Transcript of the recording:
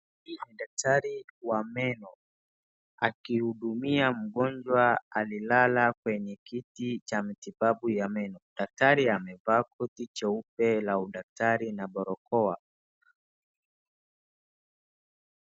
Daktari wa meno akihudumia mgonjwa aliyelala kwenye kiti cha matibabu ya meno. Daktari amevaa koti jeupe la udaktari na barakoa.